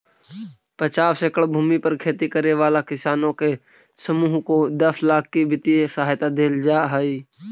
पचास एकड़ भूमि पर खेती करे वाला किसानों के समूह को दस लाख की वित्तीय सहायता दे जाईल हई